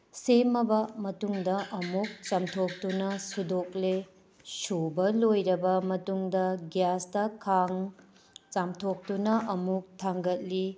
ꯁꯦꯝꯃꯕ ꯃꯇꯨꯡꯗ ꯑꯃꯨꯛ ꯆꯥꯝꯊꯣꯛꯇꯨꯅ ꯁꯨꯗꯣꯛꯂꯦ ꯁꯨꯕ ꯂꯣꯏꯔꯕ ꯃꯇꯨꯡꯗ ꯒ꯭ꯌꯥꯁꯇ ꯈꯥꯡ ꯆꯥꯃꯊꯣꯛꯇꯨꯅ ꯑꯃꯨꯛ ꯊꯥꯡꯒꯠꯂꯤ